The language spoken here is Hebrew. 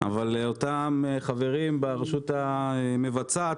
אבל אותם חברים ברשות המבצעת,